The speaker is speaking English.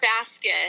basket